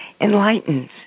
enlightened